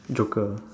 joker